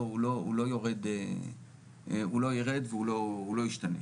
הוא לא יירד ולא ישתנה.